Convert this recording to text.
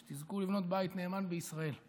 שתזכו לבנות בית נאמן בישראל.